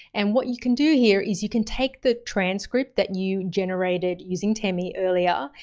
and what you can do here is you can take the transcript that you generated using temi earlier,